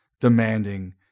demanding